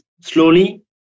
slowly